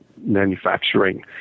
manufacturing